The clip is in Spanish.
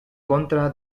contra